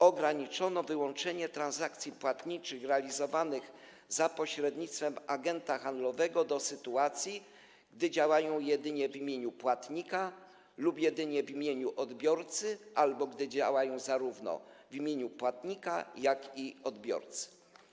Ograniczono wyłączenie transakcji płatniczych realizowanych za pośrednictwem agenta handlowego do sytuacji, gdy działają jedynie w imieniu płatnika lub jedynie w imieniu odbiorcy, albo gdy działają zarówno w imieniu płatnika, jak i odbiorcy.